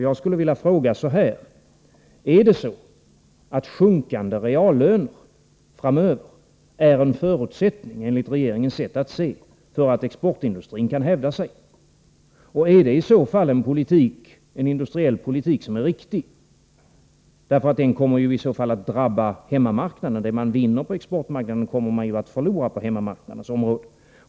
Jag skulle vilja fråga: Är sjunkande reallöner framöver en förutsättning, enligt regeringens sätt att se, för att exportindustrin skall kunna hävda sig? Är det i så fall en riktig industriell politik? Den kommer ju att drabba hemmamarknaden. Det man vinner på exportmarknaden förlorar man på hemmamarknaden.